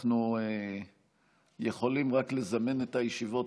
אנחנו יכולים רק לזמן את הישיבות,